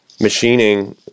machining